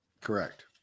Correct